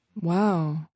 Wow